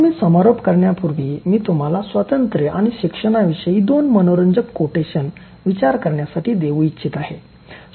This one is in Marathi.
आता मी समारोप करण्यापूर्वी मी तुम्हाला स्वातंत्र्य आणि शिक्षणाविषयी दोन मनोरंजक कोटेशन विचार करण्यासाठी देवू इच्छित आहे